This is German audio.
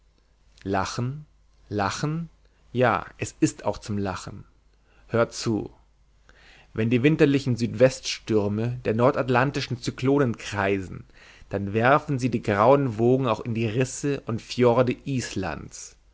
lachen lachen ja es ist auch zum lachen hör zu wenn die winterlichen südweststürme der nordatlantischen zyklonen kreisen dann werfen sie die grauen wogen auch in die risse und fjorde islands